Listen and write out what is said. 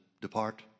depart